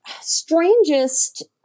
strangest